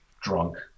drunk